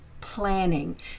planning